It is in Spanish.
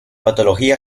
patología